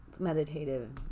meditative